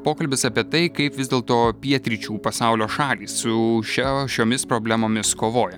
pokalbis apie tai kaip vis dėlto pietryčių pasaulio šalys su šia šiomis problemomis kovoja